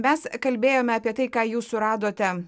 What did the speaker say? mes kalbėjome apie tai ką jūs suradote